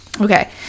Okay